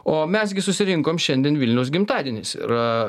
o mes gi susirinkom šiandien vilniaus gimtadienis yra